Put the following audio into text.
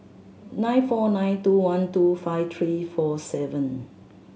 nine four nine two one two five three four seven